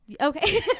okay